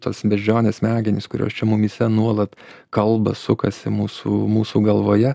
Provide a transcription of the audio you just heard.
tos beždžionės smegenys kurios čia mumyse nuolat kalba sukasi mūsų mūsų galvoje